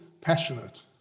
passionate